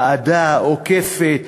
ועדה עוקפת,